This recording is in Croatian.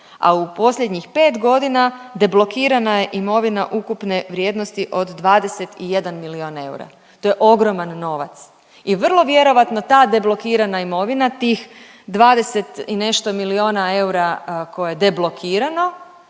a u posljednjih pet godina deblokirana je imovina ukupne vrijednosti od 21 milijun eura. To je ogroman novac i vrlo vjerojatno ta deblokirana imovina tih 20 i nešto milijuna eura koje je deblokirano